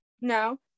no